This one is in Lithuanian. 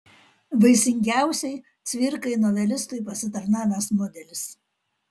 vaisingiausiai cvirkai novelistui pasitarnavęs modelis